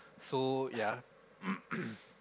so yea